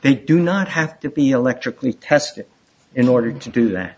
they do not have to be electrically tested in order to do that